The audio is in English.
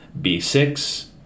B6